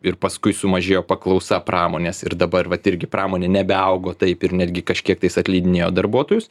ir paskui sumažėjo paklausa pramonės ir dabar vat irgi pramonė nebeaugo taip ir netgi kažkiektais atleidinėjo darbuotojus